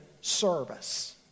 service